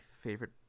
favorite